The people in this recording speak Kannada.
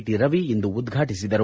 ಟಿ ರವಿ ಇಂದು ಉದ್ಘಾಟಿಸಿದರು